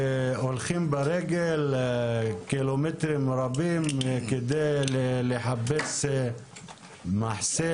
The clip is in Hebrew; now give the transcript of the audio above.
שהולכים ברגל קילומטרים רבים כדי לחפש מחסה